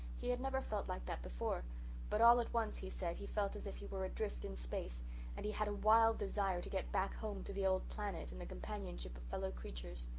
he had never felt like that before but all at once, he said, he felt as if he were adrift in space and he had a wild desire to get back home to the old planet and the companionship of fellow creatures.